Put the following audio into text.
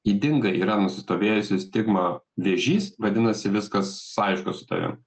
ydinga yra nusistovėjusi stigma vėžys vadinasi viskas aišku su tavim